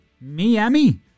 Miami